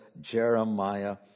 Jeremiah